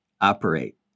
operate